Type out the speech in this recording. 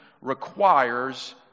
requires